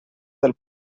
del